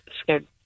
scared